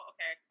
Okay